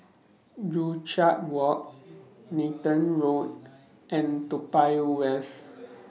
Joo Chiat Walk Nathan Road and Toa Payoh West